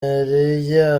yariye